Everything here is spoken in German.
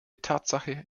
tatsache